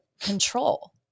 control